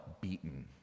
beaten